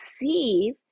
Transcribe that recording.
receive